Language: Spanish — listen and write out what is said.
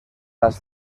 las